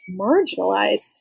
marginalized